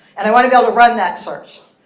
and i want to go to run that search.